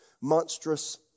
monstrous